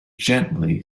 gently